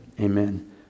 amen